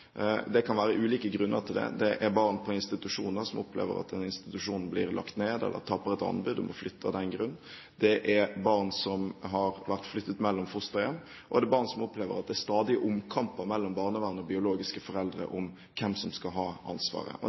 Det kan være ulike grunner til det. Det er barn på institusjoner som opplever at den institusjonen blir lagt ned eller taper et anbud, og må flytte av den grunn. Det er barn som har blitt flyttet mellom fosterhjem, og det er barn som opplever at det er stadige omkamper mellom barnevernet og biologiske foreldre om hvem som skal ha ansvaret.